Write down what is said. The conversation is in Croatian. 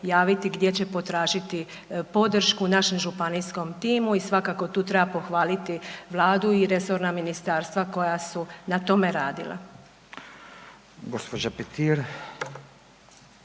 gdje će potražiti podršku našem županijskom timu. I svakako tu treba pohvaliti Vladu i resorna ministarstva koja su na tome radila.